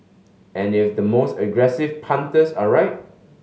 and if the most aggressive punters are right